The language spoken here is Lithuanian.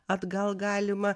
atgal galima